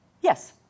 yes